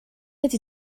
ydy